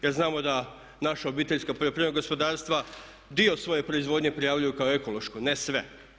Jer znamo da naša obiteljska poljoprivredna gospodarstva dio svoje proizvodnje prijavljuju kao ekološku, ne sve.